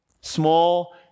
small